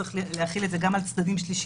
צריך להחיל את זה גם על צדדים שלישיים,